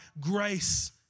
grace